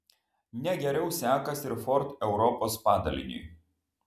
ne geriau sekasi ir ford europos padaliniui